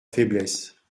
faiblesse